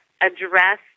address